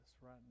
right